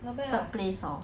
因为 uni